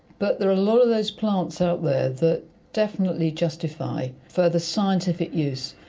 but there are a lot of those plants out there that definitely justify further scientific use,